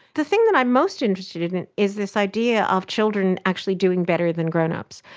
the thing that i'm most interested in is this idea of children actually doing better than grown-ups.